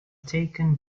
taken